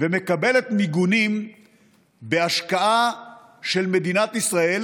ומקבלת מיגונים בהשקעה של מדינת ישראל